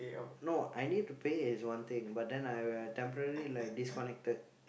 no I need to pay is one thing but then when I temporary like disconnected